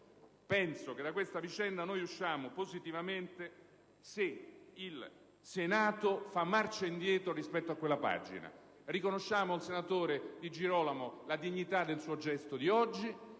Penso che da questa vicenda si possa uscire positivamente solo se il Senato fa marcia indietro rispetto a quella pagina. Riconosciamo al senatore Di Girolamo la dignità del suo gesto di oggi;